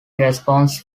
response